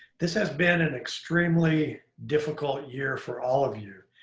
this has been an extremely difficult year for all of you.